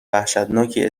وحشتناکی